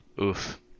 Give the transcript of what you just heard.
Oof